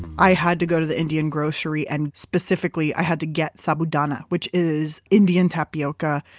i had to go to the indian grocery and specifically i had to get sabudana, which is indian tapioca,